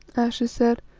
ayesha said,